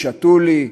שתו לי".